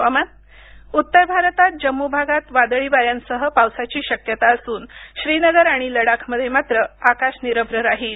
हवामान उत्तर भारतात जम्मू भागात वादळीवाऱ्यांसह पावसाची शक्यता असून श्रीनगर आणि लडाखमध्ये मात्र आकाश निरभ्र राहील